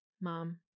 Mom